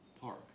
park